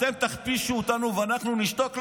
אתם תכפישו אותנו ואנחנו נשתוק?